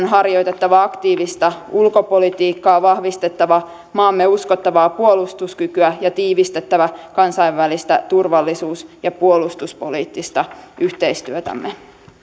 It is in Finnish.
harjoitettava aktiivista ulkopolitiikkaa vahvistettava maamme uskottavaa puolustuskykyä ja tiivistettävä kansainvälistä turvallisuus ja puolustuspoliittista yhteistyötämme